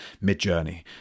Mid-Journey